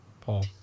Paul